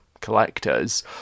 collectors